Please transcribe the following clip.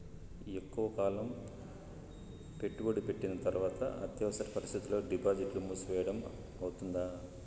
ఎక్కువగా కాలం పెట్టుబడి పెట్టిన తర్వాత అత్యవసర పరిస్థితుల్లో డిపాజిట్లు మూసివేయడం అవుతుందా?